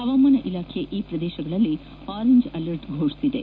ಹವಾಮಾನ ಇಲಾಖೆ ಈ ಪ್ರದೇಶಗಳಲ್ಲಿ ಆರೆಂಚ್ ಅಲರ್ಟ್ ಘೋಷಿಸಿದೆ